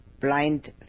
blind